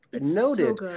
noted